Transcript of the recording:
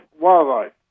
wildlife